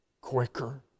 quicker